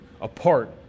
apart